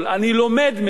אני לומד מזה.